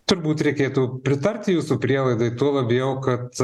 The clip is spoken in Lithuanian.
turbūt reikėtų pritarti jūsų prielaidai tuo labiau kad